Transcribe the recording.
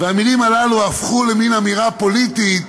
והמילים הללו הפכו למין אמירה פוליטית,